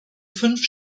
fünf